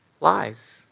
lies